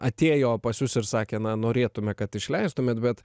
atėjo pas jus ir sakė na norėtume kad išleistumėt bet